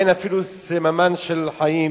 אין אפילו סממן של חיים.